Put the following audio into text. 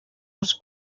els